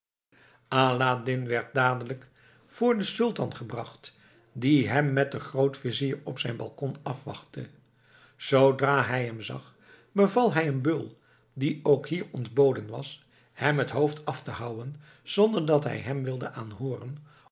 aladdin werd dadelijk voor den sultan gebracht die hem met den grootvizier op zijn balkon afwachtte zoodra hij hem zag beval hij een beul die ook hier ontboden was hem het hoofd af te houwen zonder dat hij hem wilde aanhooren